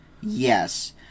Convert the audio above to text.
Yes